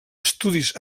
estudis